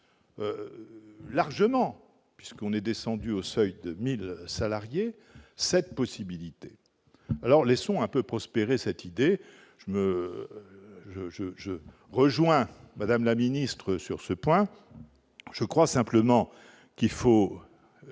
largement puisqu'on est descendu au Seuil 2000 salariés cette possibilité, alors laissons un peu prospérer ça Tider je me je je je rejoins madame la ministre sur ce point, je crois simplement qu'il faut,